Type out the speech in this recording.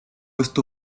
esto